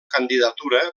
candidatura